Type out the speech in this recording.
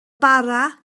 bara